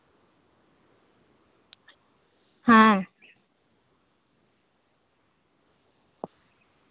ᱦᱮᱸ